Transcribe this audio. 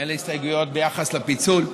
אין לי הסתייגויות ביחס לפיצול.